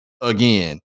again